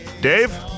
Dave